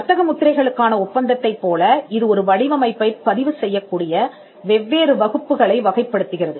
வர்த்தக முத்திரைகளுக்கான ஒப்பந்தத்தைப் போல இது ஒரு வடிவமைப்பைப் பதிவு செய்யக்கூடிய வெவ்வேறு வகுப்புகளை வகைப்படுத்துகிறது